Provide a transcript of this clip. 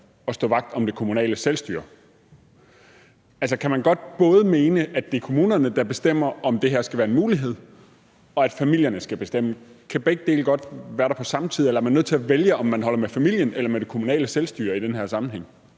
at stå vagt om det kommunale selvstyre. Altså, kan man godt både mene, at det er kommunerne, der bestemmer, om det her skal være en mulighed, og at familierne skal bestemme? Kan begge dele godt være der på samme tid, eller er man nødt til at vælge, om man holder med familien eller med det kommunale selvstyre i den her sammenhæng?